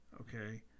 okay